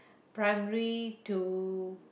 primary to